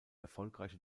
erfolgreiche